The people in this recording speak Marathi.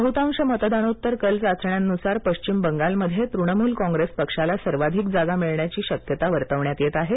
बहुतांश मतदानोत्तर कल चाचण्यांनुसार पश्चिम बंगालमध्ये तृणमूल कॉंग्रेस पक्षाला सर्वाधिक जागा मिळण्याची शक्यता वर्तवण्यात येत आहे